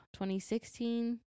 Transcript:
2016